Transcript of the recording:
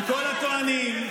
שכל הטוענים,